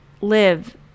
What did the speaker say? live